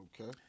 Okay